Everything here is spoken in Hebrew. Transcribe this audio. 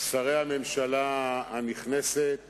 שרי הממשלה הנכנסת